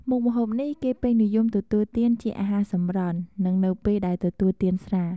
មុខម្ហូបនេះគេពេញនិយមទទួលទានជាអាហារសម្រន់ និងនៅពេលដែលទទួលទានស្រា។